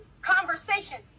Conversation